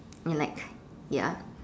I mean like ya